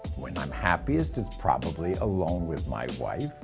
when i'm happiest, it's probably alone with my wife.